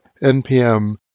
NPM